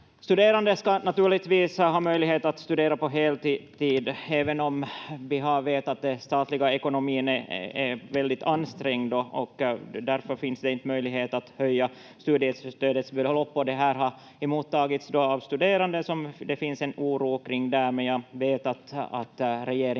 Studerande ska naturligtvis ha möjlighet att studera på heltid även om vi vet att den statliga ekonomin är väldigt ansträngd och att det därför inte finns möjlighet att höja studiestödets belopp. Det här har emottagits med oro av studerande, men jag vet att regeringen